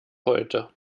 heute